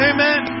Amen